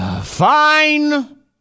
Fine